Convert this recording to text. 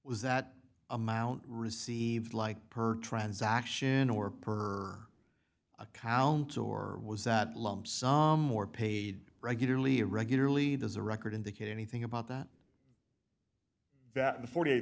was that amount received like per transaction or per accounts or was that lump sum or paid regularly regularly does a record indicate anything about that that the forty eight